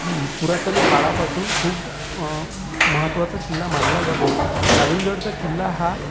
पुरातन काळापासून खूप महत्त्वाचा किल्ला मानला जातो गावीलगडचा किल्ला हा